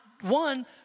one